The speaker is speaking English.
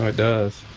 ah does